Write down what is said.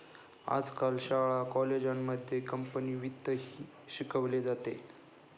आजकाल शाळा कॉलेजांमध्ये कंपनी वित्तही शिकवले जाते